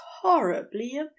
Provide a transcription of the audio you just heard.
horribly